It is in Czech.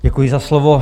Děkuji za slovo.